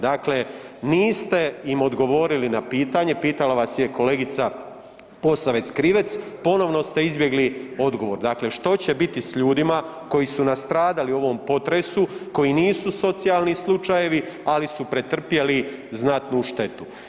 Dakle, niste im odgovorili na pitanje, pitala vas je kolegica Posavec Krivec, ponovno ste izbjegli odgovor, dakle što će biti s ljudima koji su nastradali u ovom potresu, koji nisu socijalni slučajevi ali su pretrpjeli znatnu štetu.